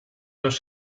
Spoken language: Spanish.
los